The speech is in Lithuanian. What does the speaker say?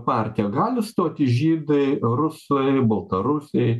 partiją gali stoti žydai rusai baltarusiai